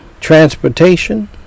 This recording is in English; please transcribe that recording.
transportation